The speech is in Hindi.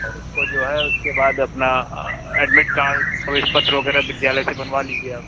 और उसको जो है उसके बाद अपना एडमिट कार्ड प्रवेस पत्र वग़ैरह विद्यालय से बनवा लीजिए आप